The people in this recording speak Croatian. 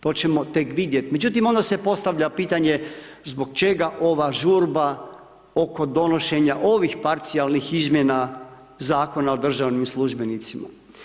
To ćemo tek vidjet, međutim onda se postavlja pitanje zbog čega ova žurba oko donošenja ovih parcijalnih izmjena Zakona o državnim službenicima.